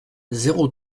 zéro